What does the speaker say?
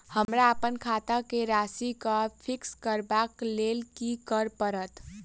हमरा अप्पन खाता केँ राशि कऽ फिक्स करबाक लेल की करऽ पड़त?